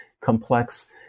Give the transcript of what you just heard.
complex